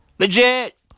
Legit